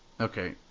Okay